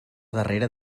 darrere